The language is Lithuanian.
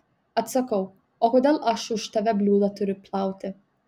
atsakau o kodėl aš už tave bliūdą turiu plauti